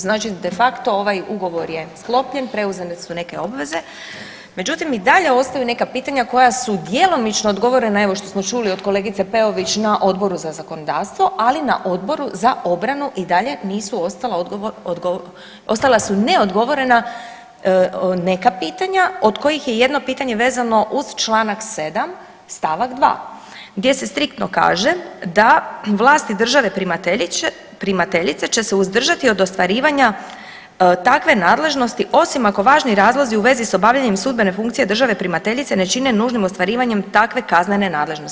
Znači de facto ovaj ugovor je sklopljen, preuzete su neke obveze, međutim i dalje ostaju neka pitanja koja su djelomično odgovorena, evo što smo čuli od kolegice Peović na Odboru za zakonodavstvu, ali na Odboru na obranu i dalje nisu ostala, ostala su neodgovorena neka pitanja, od kojih je jedno pitanje vezano uz članak 7. stavak 2. gdje se striktno kaže da vlasti države primateljice će se uzdržati od ostvarivanja takve nadležnosti, osim ako važni razlozi u vezi s obavljanjem sudbene funkcije države primateljice ne čine nužnim ostvarivanjem takve kaznene nadležnosti.